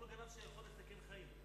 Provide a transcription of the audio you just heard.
כל גנב שיכול לסכן חיים.